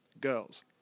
girls